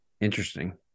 Interesting